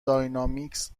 داینامیکس